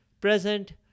present